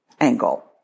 angle